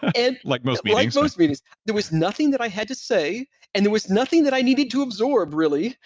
and like most meetings like most meetings. there was nothing that i had to say and there was nothing that i needed to absorb, really,